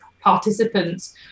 participants